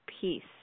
peace